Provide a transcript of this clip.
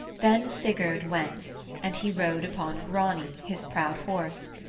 then sigurd went and he rode upon grani, his proud horse,